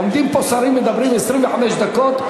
עומדים פה שרים ומדברים 25 דקות,